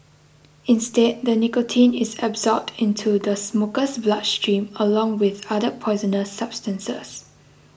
instead the nicotine is absorbed into the smoker's bloodstream along with other poisoner substances